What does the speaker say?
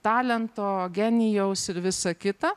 talento genijaus ir visa kita